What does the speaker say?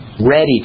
ready